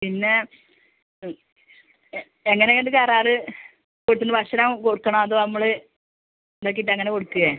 പിന്നെ ആ എങ്ങനെയാണ് കരാർ വീട്ടിൽ നിന്ന് ഭക്ഷണം കൊടുക്കണോ അതോ നമ്മൾ ഉണ്ടാക്കിയിട്ട് അങ്ങനെ കൊടുക്കുവോ